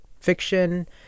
fiction